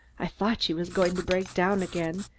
i thought she was going to break down again,